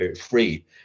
free